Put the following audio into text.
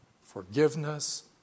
forgiveness